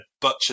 butcher